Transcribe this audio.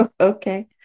okay